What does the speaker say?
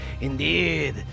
Indeed